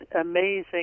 amazing